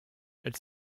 elle